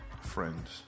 Friends